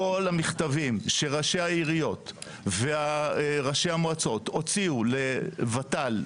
כל המכתבים שראשי העיריות וראשי המועצות הוציאו לוות"ל,